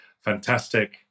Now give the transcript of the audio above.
Fantastic